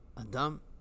Adam